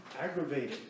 aggravated